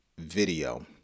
video